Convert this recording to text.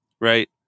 Right